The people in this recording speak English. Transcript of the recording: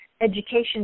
education